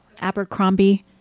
Abercrombie